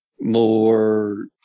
more